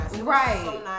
Right